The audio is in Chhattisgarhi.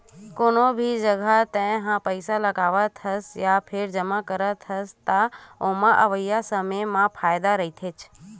कोनो भी जघा कहूँ तेहा पइसा लगावत हस या फेर जमा करत हस, त ओमा अवइया समे म फायदा तो रहिथेच्चे